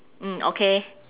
mm okay